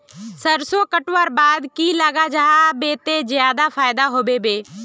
सरसों कटवार बाद की लगा जाहा बे ते ज्यादा फायदा होबे बे?